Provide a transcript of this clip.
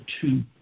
two